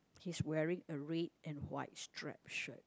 he's wearing a red and white stripe shirt